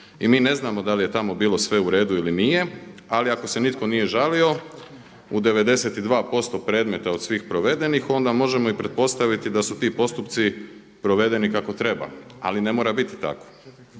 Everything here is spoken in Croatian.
i mi ne znamo da li je tamo bilo sve uredu ili nije, ali ako se nitko nije žalio u 92% predmeta od svih provedenih onda možemo i pretpostaviti da su ti postupci provedeni kako treba, ali ne mora biti tako.